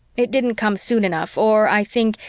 it didn't come soon enough or, i think,